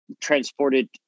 transported